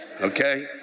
Okay